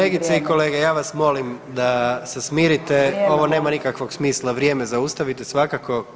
Kolegice i kolege, ja vas molim da se smirite, ovo nema nikakvog smisla, vrijeme zaustavite svakako.